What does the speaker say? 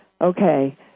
Okay